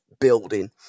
building